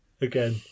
Again